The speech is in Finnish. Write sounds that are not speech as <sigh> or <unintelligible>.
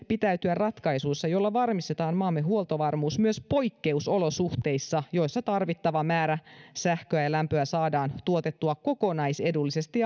pitäytyä ratkaisuissa joilla varmistetaan maamme huoltovarmuus myös poikkeusolosuhteissa joissa tarvittava määrä sähköä ja lämpöä saadaan tuotettua kokonaisedullisesti <unintelligible>